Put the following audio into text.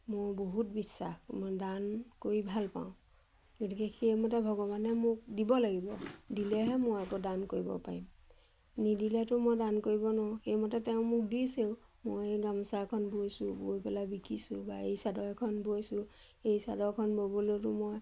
মোৰ বহুত বিশ্বাস মই দান কৰি ভাল পাওঁ গতিকে সেইমতে ভগৱানে মোক দিব লাগিব দিলেহে মই আকৌ দান কৰিব পাৰিম নিদিলেতো মই দান কৰিব নোৱাৰোঁ সেইমতে তেওঁ মোক দিছেও মই গামোচা এখন বৈছোঁ বৈ পেলাই বিকিছোঁ বা এৰী চাদৰ এখন বৈছোঁ এৰী চাদৰখন ব'বলৈওতো মই